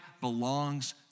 belongs